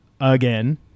again